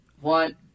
one